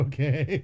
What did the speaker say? Okay